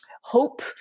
hope